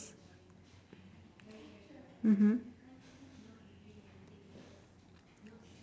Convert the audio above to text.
mmhmm